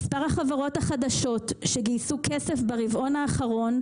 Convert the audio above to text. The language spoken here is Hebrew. מספר החברות החדשות שגייסו כסף ברבעון האחרון,